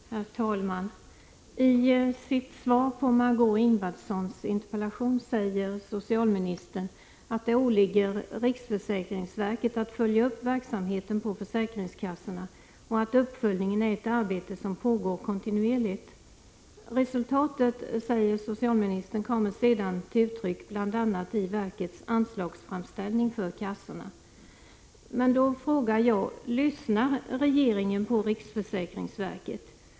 Herr talman! I sitt svar på Margé6 Ingvardssons interpellation säger socialministern att det åligger riksförsäkringsverket att följa upp verksamheten på försäkringskassorna och att uppföljningen är ett arbete som pågår kontinuerligt. Resultaten kommer sedan till uttryck bl.a. i verkets anslagsframställning för kassorna, säger socialministern. Då undrar jag: Lyssnar regeringen på riksförsäkringsverket?